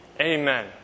Amen